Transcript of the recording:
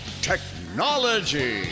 technology